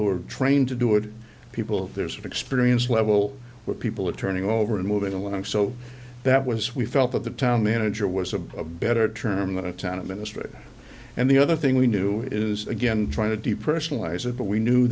who are trained to do it people there's of experience level where people are turning over and moving along so that was we felt that the town manager was a better term than a town administrator and the other thing we knew is again trying to depersonalize it but we knew